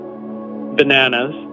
Bananas